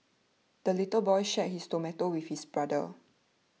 the little boy shared his tomato with his brother